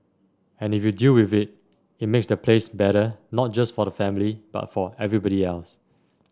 and if you deal with it makes the place better not just for the family but for everybody else